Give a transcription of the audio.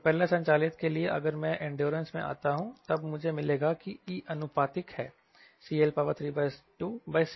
propeller संचालित के लिए अगर मैं एंडोरेंस में आता हूं तब मुझे मिलेगा की E अनुपातिक है CL32CD के